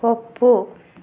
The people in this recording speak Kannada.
ಒಪ್ಪು